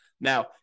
Now